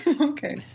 Okay